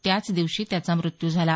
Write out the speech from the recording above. त्याच दिवशी त्याचा मृत्यू झाला